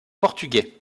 portugais